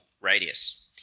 radius